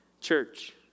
Church